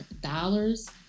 dollars